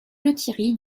lethierry